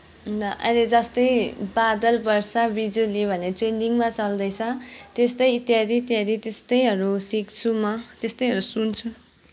अन्त अहिले जस्तै बादल वर्षा बिजुली भन्ने ट्रेन्डिङमा चल्दैछ त्यस्तै इत्यादि इत्यादि त्यस्तैहरू सिक्छु म त्यस्तैहरू सुन्छु